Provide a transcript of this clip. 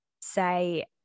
say